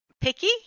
picky